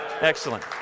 Excellent